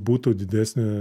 būtų didesnė